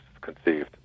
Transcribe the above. conceived